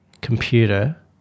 computer